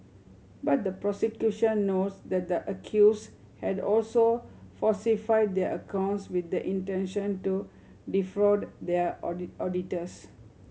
but the prosecution notes that the accuse had also falsified their accounts with the intention to defraud their auditors